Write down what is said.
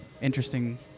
interesting